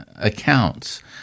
accounts